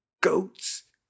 Goats